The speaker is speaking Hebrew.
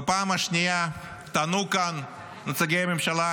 בפעם השנייה טענו כאן נציגי ממשלה,